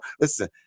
Listen